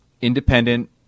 independent